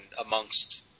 amongst